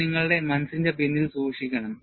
ഇതും നിങ്ങളുടെ മനസ്സിന്റെ പിന്നിൽ സൂക്ഷിക്കണം